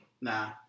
Nah